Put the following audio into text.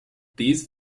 these